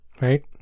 Right